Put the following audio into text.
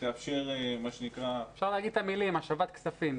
אפשר להגיד את המילים השבת כספים.